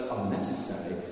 unnecessary